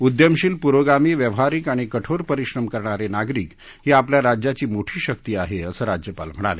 उद्यमशील पुरोगामी व्यावहारिक आणि कठोर परिश्रम करणारे नागरिक ही आपल्या राज्याची मोठी शक्ती आहे असं राज्यपाल म्हणाले